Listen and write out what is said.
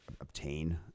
obtain